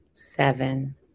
seven